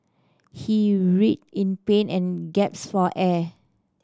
he writhed in pain and gaps for air